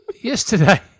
yesterday